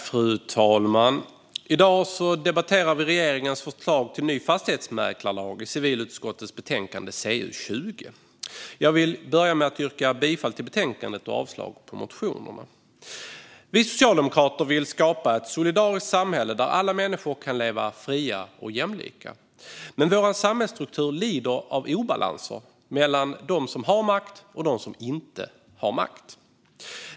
Fru talman! I dag debatterar vi regeringens förslag om en ny fastighetsmäklarlag i civilutskottets betänkande CU20. Jag vill börja med att yrka bifall till förslaget i betänkandet och avslag på motionerna. Vi socialdemokrater vill skapa ett solidariskt samhälle där alla människor kan leva fria och jämlika, men vår samhällsstruktur lider av obalanser mellan dem som har makt och dem som inte har makt.